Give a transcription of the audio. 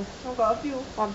no got a few